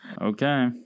okay